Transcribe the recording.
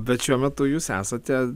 bet šiuo metu jūs esate